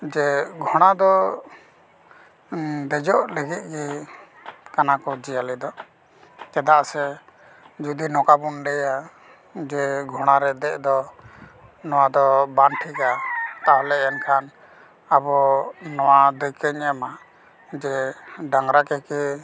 ᱡᱮ ᱜᱷᱚᱲᱟ ᱫᱚ ᱫᱮᱡᱚᱜ ᱞᱟᱹᱜᱤᱫ ᱜᱮ ᱠᱟᱱᱟ ᱠᱚ ᱡᱤᱭᱟᱹᱞᱤ ᱫᱚ ᱪᱮᱫᱟᱜ ᱥᱮ ᱡᱩᱫᱤ ᱱᱚᱠᱟᱵᱚᱱ ᱞᱟᱹᱭᱟ ᱡᱮ ᱜᱷᱚᱲᱟ ᱨᱮ ᱫᱮᱡ ᱫᱚ ᱱᱚᱣᱟ ᱫᱚ ᱵᱟᱝ ᱴᱷᱤᱠᱟ ᱛᱟᱦᱚᱞᱮ ᱮᱱᱠᱷᱟᱱ ᱟᱵᱚ ᱱᱚᱣᱟ ᱫᱟᱹᱭᱠᱟᱹᱧ ᱮᱢᱟ ᱡᱮ ᱰᱟᱝᱨᱟ ᱜᱮᱠᱤ